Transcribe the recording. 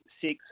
six